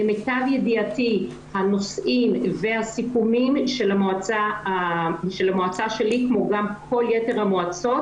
למיטב ידיעתי הנושאים והסיכומים של המועצה שלי כמו גם כל יתר המועצות,